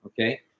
Okay